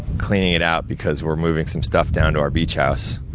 cleaning it out because we're moving some stuff down to our beach house,